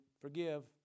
Forgive